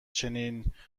چنین